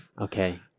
Okay